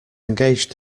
engaged